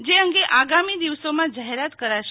જે અંગે આગામી દિવસોમાં જાહેરાત કરાશે